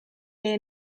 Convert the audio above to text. est